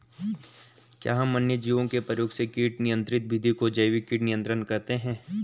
क्या हम अन्य जीवों के प्रयोग से कीट नियंत्रिण विधि को जैविक कीट नियंत्रण कहते हैं?